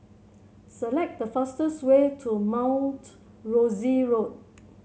select the fastest way to Mount Rosie Road